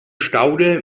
staude